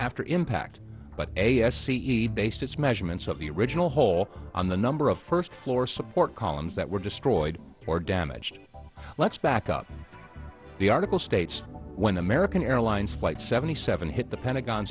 after impact but a s c e based its measurements of the original hole on the number of first floor support columns that were destroyed or damaged oh let's back up the article states when american airlines flight seventy seven hit the pentagon